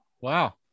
Wow